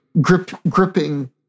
Gripping